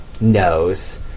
knows